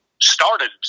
started